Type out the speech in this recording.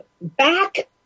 back